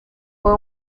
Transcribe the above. fue